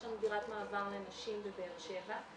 יש לנו דירת מעבר לנשים בבאר שבע.